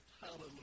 Hallelujah